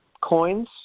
coins